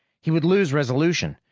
he would lose resolution,